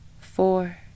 four